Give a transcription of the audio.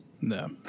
No